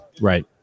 Right